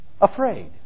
afraid